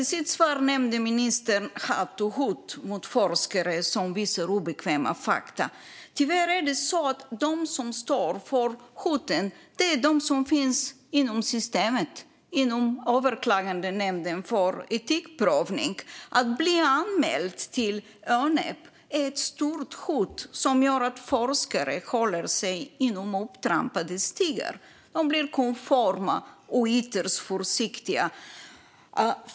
I sitt svar nämnde ministern hat och hot mot forskare som visar obekväma fakta. Tyvärr finns de som står för hoten inom systemet, inom Överklagandenämnden för etikprövning. Att bli anmäld till Önep utgör ett stort hot, och det gör att forskare håller sig inom upptrampade stigar. De blir konforma och ytterst försiktiga.